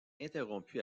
interrompue